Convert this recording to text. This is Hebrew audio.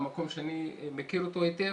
המקום שאני מכיר אותו היטב.